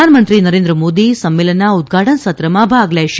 પ્રધાનમંત્રી નરેન્દ્રમોદી સંમેલનના ઉદ્રઘાટન સત્રમાં ભાગ લેશે